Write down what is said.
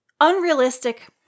Unrealistic